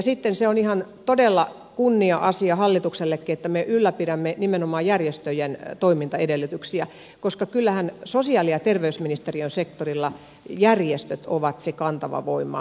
sitten se on ihan todella kunnia asia hallituksellekin että me ylläpidämme nimenomaan järjestöjen toimintaedellytyksiä koska kyllähän sosiaali ja terveysministeriön sektorilla järjestöt ovat se kantava voima